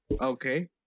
okay